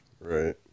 Right